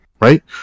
Right